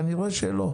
כנראה שלא.